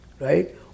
right